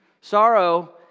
Sorrow